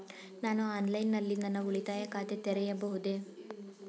ನಾನು ಆನ್ಲೈನ್ ನಲ್ಲಿ ನನ್ನ ಉಳಿತಾಯ ಖಾತೆ ತೆರೆಯಬಹುದೇ?